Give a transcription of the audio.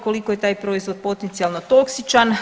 Koliko je taj proizvod potencijalno toksičan?